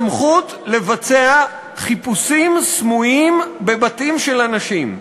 סמכות לבצע חיפושים סמויים בבתים של אנשים,